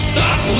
Stop